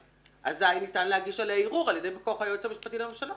אזי ניתן להגיש עליה ערעור על ידי בא כוח היועץ המשפטי לממשלה.